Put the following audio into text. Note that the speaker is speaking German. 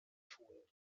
tun